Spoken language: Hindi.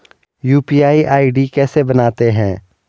यु.पी.आई आई.डी कैसे बनाते हैं?